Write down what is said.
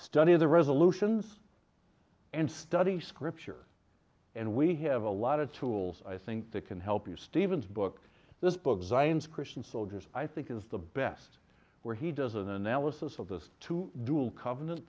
study the resolutions and study scripture and we have a lot of tools i think that can help you stephen's book this book zines christian soldiers i think is the best where he does an analysis of this two dual covenant